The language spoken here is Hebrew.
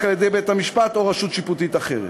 על-ידי בית-המשפט או רשות שיפוטית אחרת.